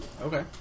Okay